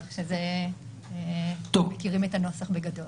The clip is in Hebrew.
כך שמכירים את הנוסח בגדול.